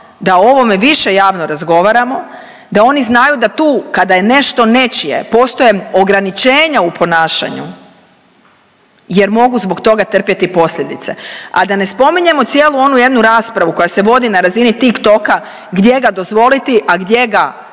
da o ovome više javno razgovaramo, da oni znaju da tu kada je nešto nečije postoje ograničenja u ponašanju jer mogu zbog toga trpjeti posljedice. A da ne spominjemo cijelu onu jednu raspravu koja se vodi na razini TikToka gdje ga dozvoliti, a gdje ga